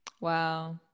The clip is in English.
Wow